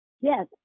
Yes